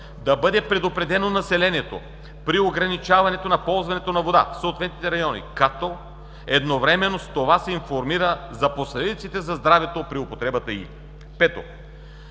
да бъде предупредено население при ограничаването на ползването на водата в съответния район, като едновременно с това се информира за последиците за здравето при употребата й; 5.